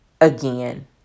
again